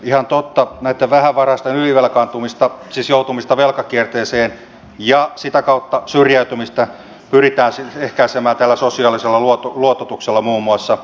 ihan totta näitten vähävaraisten ylivelkaantumista siis joutumista velkakierteeseen ja sitä kautta syrjäytymistä pyritään siis ehkäisemään tällä sosiaalisella luototuksella muun muassa